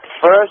First